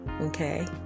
okay